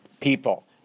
people